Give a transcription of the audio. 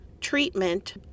treatment